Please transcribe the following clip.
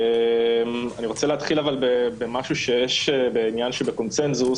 אני רוצה להתחיל אבל במשהו שיש בעניין שבקונצנזוס,